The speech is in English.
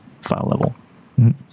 file-level